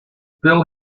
bill